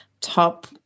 top